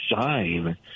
shine